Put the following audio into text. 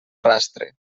rastre